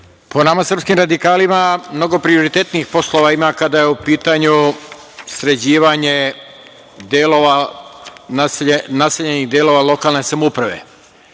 Po nama srpskim radikalima mnogo prioritetnijih poslova ima kada je u pitanju sređivanje naseljenih delova lokalne samouprave. Vi